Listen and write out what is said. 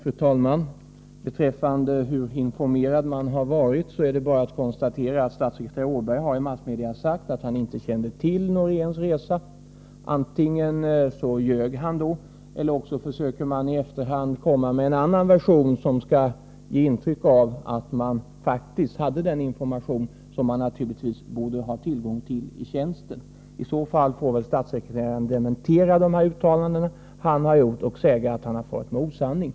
Fru talman! Beträffande frågan hur informerad man har varit är det bara att konstatera att statssekreterare Åberg till massmedia har sagt att han inte kände till Noreéns resa. Antingen ljög han då, eller också försöker man i efterhand komma med en annan version som skall ge intryck av att man faktiskt hade den information som man naturligtvis borde ha tillgång till i tjänsten. Om man hade det får väl statssekreteraren dementera de uttalanden som han gjort och säga att han farit med osanning.